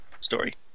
story